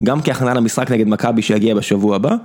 גם כהכנה למשחק נגד מכבי שיגיע בשבוע הבא.